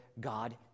God